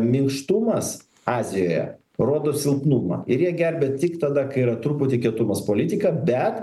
minkštumas azijoje rodo silpnumą ir jie gerbia tik tada kai yra truputį kietumas politika bet